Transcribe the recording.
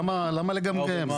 למה לגמגם?